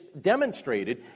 demonstrated